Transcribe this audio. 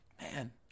Man